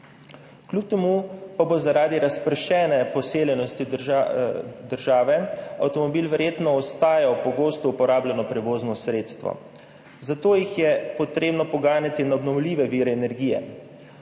Kljub temu pa bo zaradi razpršene poseljenosti države avtomobil verjetno ostajal pogosto uporabljeno prevozno sredstvo, zato jih je treba poganjati na obnovljive vire energije.